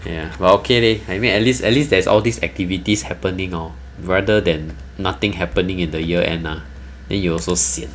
ya but okay leh I mean at least at least there's all these activities happening lor rather than nothing happening in the year end ah then you also sian